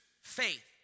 faith